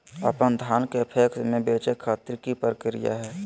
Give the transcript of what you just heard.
अपन धान के पैक्स मैं बेचे खातिर की प्रक्रिया हय?